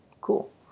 Cool